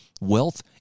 wealth